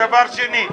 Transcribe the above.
דבר שני,